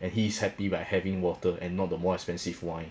and he is happy by having water and not the more expensive wine